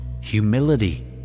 humility